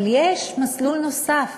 אבל יש מסלול נוסף.